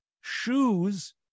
Shoes